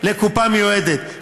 לקופה מיועדת.